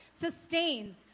sustains